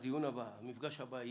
ההמנון,